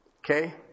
Okay